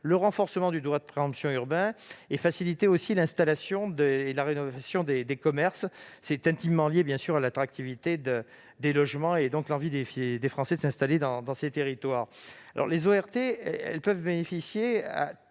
de renforcer le droit de préemption urbain et de faciliter l'installation et la rénovation des commerces. C'est évidemment intimement lié à l'attractivité des logements, donc à l'envie des Français de s'installer dans ces territoires. Les ORT peuvent bénéficier à